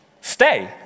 stay